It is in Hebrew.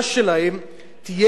תהיה גדולה ביותר.